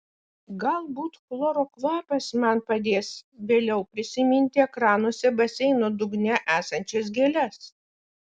galbūt chloro kvapas man padės vėliau prisiminti ekranuose baseino dugne esančias gėles